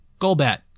Golbat